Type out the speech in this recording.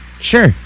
sure